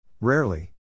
Rarely